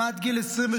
הם עד גיל 23,